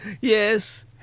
Yes